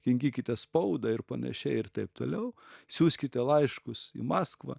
kinkykite spaudą ir panašiai ir taip toliau siųskite laiškus į maskvą